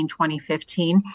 2015